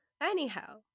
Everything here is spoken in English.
anyhow